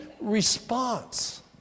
response